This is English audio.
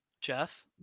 Jeff